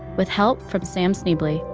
with help from sam schneble.